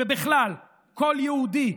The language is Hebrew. ובכלל, כל יהודי,